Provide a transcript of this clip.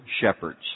shepherds